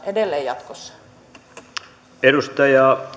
edelleen jatkossa